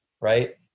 Right